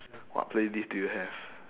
what playlist do you have